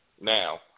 Now